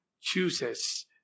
chooses